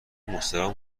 مستراح